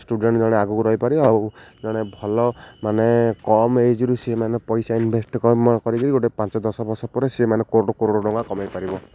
student ଜଣେ ଆଗରୁ ରହିପାରିବେ ଆଉ ଜଣେ ଭଲ ମାନେ କମ୍ ଏଜ୍ରୁ ସେମାନେ ପଇସା ଇନଭେଷ୍ଟ କରିକିରି ଗୋଟେ ପାଞ୍ଚ ଦଶ ବର୍ଷ ପରେ ସେମାନେ କୋଟିଏ ଟଙ୍କା କମେଇ ପାରିବ